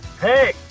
hey